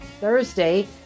Thursday